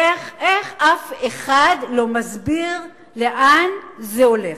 איך, איך אף אחד לא מסביר לאן זה הולך?